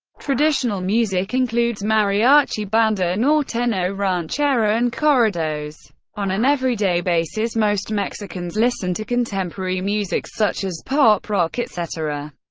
traditional music includes mariachi, banda, norteno, ranchera and corridos on an everyday basis most mexicans listen to contemporary music such as pop, rock, etc.